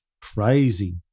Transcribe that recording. crazy